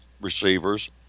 receivers